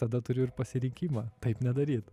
tada turiu ir pasirinkimą taip nedaryt